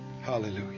Hallelujah